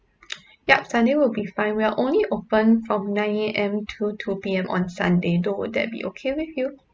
yup sunday will be fine we're only open from nine A_M to two P_M on sunday though would that be okay with you